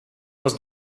was